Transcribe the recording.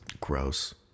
Gross